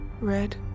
Red